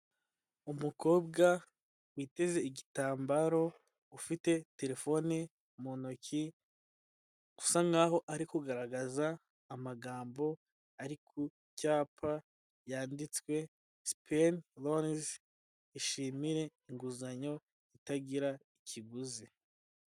Umukobwa witeze igitambaro ufite telefone mu ntoki, usa nkaho ari kugaragaza amagambo ari ku cyapa yanditswe Sipeni lonizi ishimire inguzanyo itagira ikiguzi.